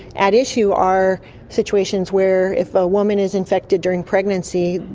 at issue are situations where if a woman is infected during pregnancy,